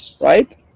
right